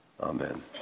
Amen